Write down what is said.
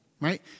Right